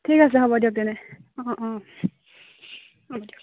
ঠিক আছে হ'ব দিয়ক তেন্তে অঁ অঁ হ'ব দিয়ক